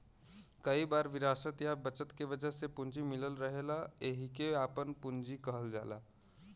कई बार विरासत या बचत के वजह से पूंजी मिलल रहेला एहिके आपन पूंजी कहल जाला